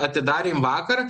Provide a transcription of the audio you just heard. atidarėm vakar